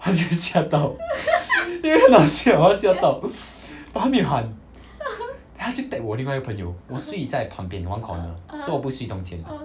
他就吓到因为很好笑他吓到 but 他没有喊 then 他就 tap 我另外一个朋友睡在旁边 one corner so 我不会睡中间的